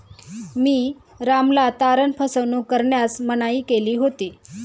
मी रामला तारण फसवणूक करण्यास मनाई केली होती